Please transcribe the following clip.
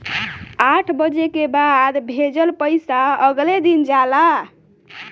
आठ बजे के बाद भेजल पइसा अगले दिन जाला